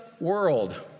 world